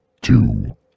two